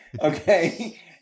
Okay